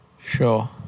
Sure